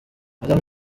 madame